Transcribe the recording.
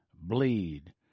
bleed